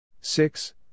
Six